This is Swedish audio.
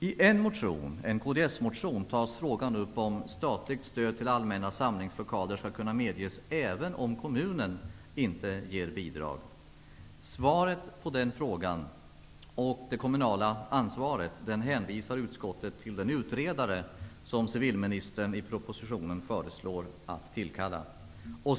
I en kds-motion tas frågan upp om statligt stöd till allmänna samlingslokaler skall kunna medges även om kommunen inte ger bidrag. Beträffande svaret på den frågan och det kommunala ansvaret hänvisar utskottet till den utredare som civilministern i propositionen föreslår skall tillkallas.